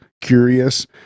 curious